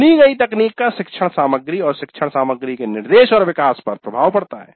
चुनी गई तकनीक का शिक्षण सामग्री और शिक्षण सामग्री के निर्देश और विकास पर प्रभाव पड़ता है